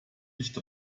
nicht